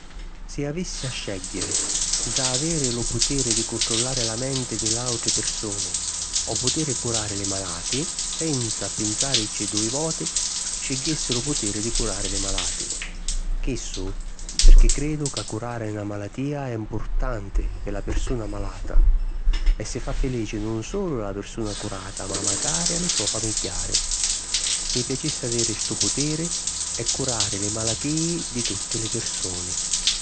Si avissi a scègghiri ntra aviri lu putiri di cuntrullari la menti di l’àutri pirsuni o putiri curari li malatî, senza pinsàrici dui voti, scigghissi lu putiri di curari li malatî. Chissu pirchì cridu ca curari na malatìa è mpurtanti pi la pirsuna malata e si fa filici nun sulu a la pirsuna curata ma macari a li so famigghiari. Mi piacissi aviri stu putiri e curari li malatìi di tutti li pirsuni.